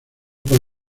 por